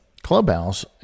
Clubhouse